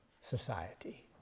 society